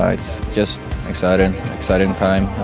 it's just exciting exciting time,